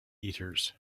eaters